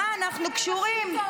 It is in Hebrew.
מה אנחנו קשורים?